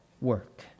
work